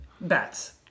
Bats